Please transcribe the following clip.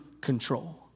control